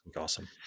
awesome